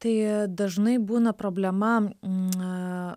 tai dažnai būna problema na